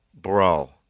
Bro